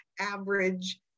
average